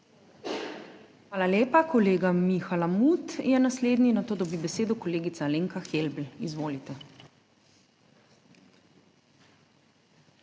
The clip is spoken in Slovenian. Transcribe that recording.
Hvala lepa. Kolega Miha Lamut je naslednji, nato dobi besedo kolegica Alenka Helbl. Izvolite.